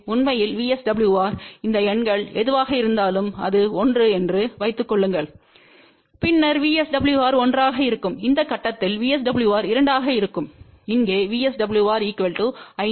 உண்மையில் VSWR இந்த எண்கள் எதுவாக இருந்தாலும் அது 1 என்று வைத்துக் கொள்ளுங்கள் பின்னர் VSWR 1 ஆக இருக்கும் இந்த கட்டத்தில் VSWR 2 ஆக இருக்கும் இங்கே VSWR 5